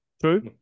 True